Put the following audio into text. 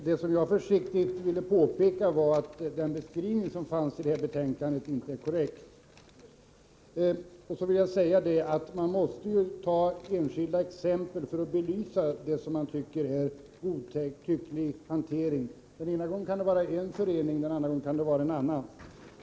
Herr talman! Vad jag försiktigt ville påpeka var att beskrivningen i detta betänkande inte är korrekt. Man måste ju ta enskilda exempel för att belysa vad man tycker är en godtycklig hantering. Den ena gången kan det vara en förening, den andra gången en annan.